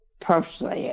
personally